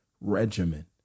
regimen